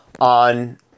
on